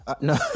No